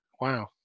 Wow